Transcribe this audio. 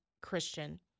Christian